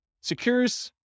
secures